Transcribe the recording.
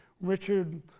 Richard